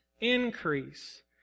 increase